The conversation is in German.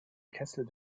kessel